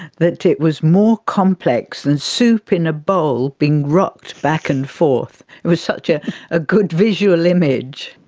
that it was more complex than soup in a bowl being rocked back and forth. it was such a a good visual image.